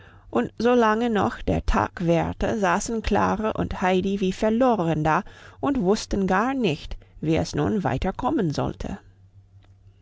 und solange noch der tag währte saßen klara und heidi wie verloren da und wussten gar nicht wie es nun weiter kommen sollte